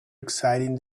exciting